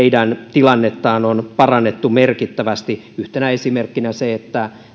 tilannetta on parannettu merkittävästi yhtenä esimerkkinä on se että